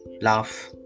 laugh